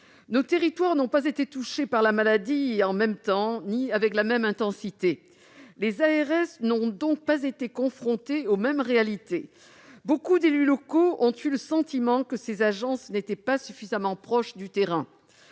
Nos territoires n'ont pas été touchés par la maladie en même temps ni avec la même intensité. Les ARS n'auront donc pas été confrontées aux mêmes réalités. De nombreux élus locaux ont eu le sentiment que ces agences n'étaient pas suffisamment proches du terrain.